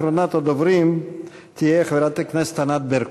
אחרונת הדוברים תהיה חברת הכנסת ענת ברקו.